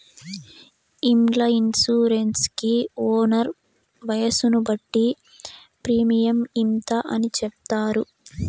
ఇండ్ల ఇన్సూరెన్స్ కి ఓనర్ వయసును బట్టి ప్రీమియం ఇంత అని చెప్తారు